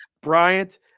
Bryant